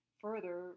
further